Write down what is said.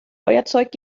feuerzeug